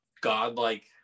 godlike